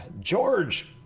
George